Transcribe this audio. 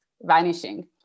vanishing